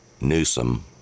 Newsom